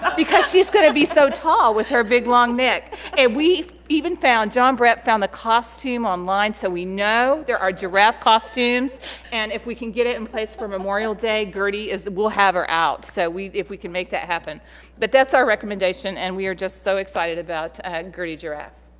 because she's gonna be so tall with her big long neck and we even found john brett found the costume online so we know there are giraffe costumes and if we can get it in place for memorial day gertie is we'll have her out so we if we can make that happen but that's our recommendation and we are just so excited about gertie giraffe